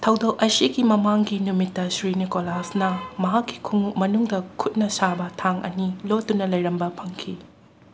ꯊꯧꯗꯣꯛ ꯑꯁꯤꯒꯤ ꯃꯃꯥꯡꯒꯤ ꯅꯨꯃꯤꯠꯇ ꯁ꯭ꯔꯤ ꯅꯤꯀꯣꯂꯥꯁꯅ ꯃꯍꯥꯛꯀꯤ ꯈꯨꯡꯎꯞ ꯃꯅꯨꯡꯗ ꯈꯨꯠꯅ ꯁꯥꯕ ꯊꯥꯡ ꯑꯅꯤ ꯂꯣꯠꯇꯨꯅ ꯂꯩꯔꯝꯕ ꯐꯪꯈꯤ